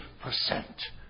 percent